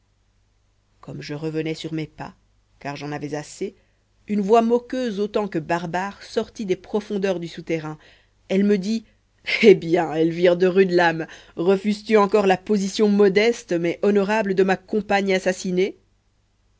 comme je revenais sur mes pas car j'en avais assez une voix moqueuse autant que barbare sortit des profondeurs du souterrain elle me dit eh bien elvire de rudelame refuses tu encore la position modeste mais honorable de ma compagne assassinée